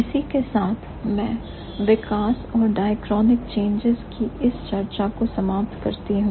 इसी के साथ में डिवेलपमेंट और डाइअक्रॉन्इक बदलावों की इस चर्चा को समाप्त करती हूं